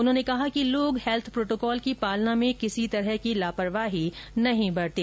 उन्होंने कहा कि लोग हैल्थ प्रोटोकॉल की पालना में किसी तरह की लापरवाही नहीं बरतें